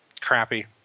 crappy